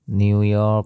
New York